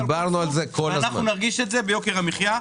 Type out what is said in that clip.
אנחנו נרגיש את זה ביוקר המחייה.